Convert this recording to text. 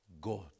God